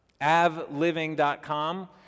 Avliving.com